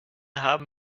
haben